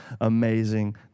amazing